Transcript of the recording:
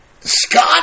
Scott